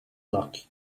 luck